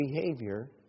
behavior